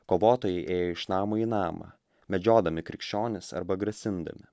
kovotojai ėjo iš namo į namą medžiodami krikščionis arba grasindami